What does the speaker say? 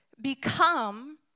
become